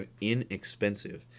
inexpensive